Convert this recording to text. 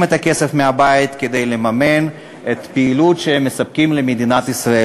את הכסף מהבית כדי לממן את הפעילות שהם מספקים למדינת ישראל.